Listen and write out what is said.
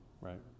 right